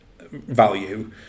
value